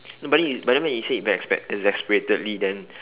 no but then you but then when you say it very backs~ exasperatedly then